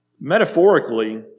Metaphorically